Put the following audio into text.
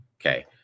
Okay